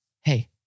Hey